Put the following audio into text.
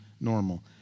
normal